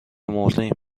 مردیم